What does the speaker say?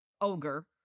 ogre